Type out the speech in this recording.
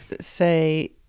say